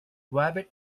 rabbit